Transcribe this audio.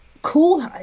cool